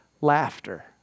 laughter